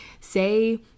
say